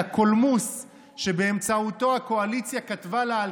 שהיא הקולמוס שבאמצעותו הקואליציה כתבה לה על